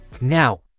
Now